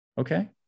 okay